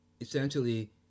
essentially